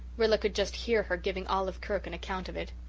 rilla could just hear her giving olive kirk an account of it.